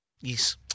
Yes